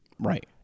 Right